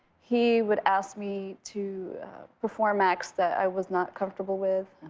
he would ask me to perform acts that i was not comfortable with.